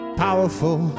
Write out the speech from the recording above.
powerful